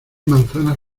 manzanas